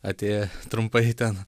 atėję trumpai ten